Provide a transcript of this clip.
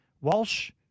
Walsh